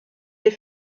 les